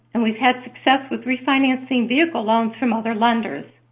and we've had success with refinancing vehicle loans from other lenders.